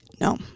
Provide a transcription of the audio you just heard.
No